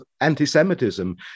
anti-Semitism